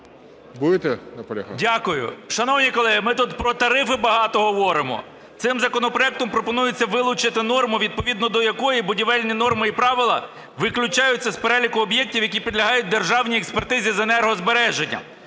Дякую. Шановні колеги, ми тут про тарифи багато говоримо. Цим законопроектом пропонується вилучити норму, відповідного до якої будівельні норми і правила виключаються з переліку об'єктів, які підлягають державній експертизі з енергозбереження.